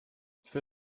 für